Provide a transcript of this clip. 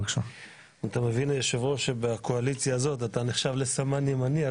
אתה מבין היושב ראש שבקואליציה הזאת אתה נחשב לסמן ימני.